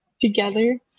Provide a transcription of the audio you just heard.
together